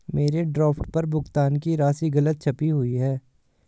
मेरे ड्राफ्ट पर भुगतान की राशि गलत छपी हुई है